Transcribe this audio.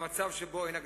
במצב שבו אין הגדלה.